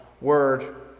word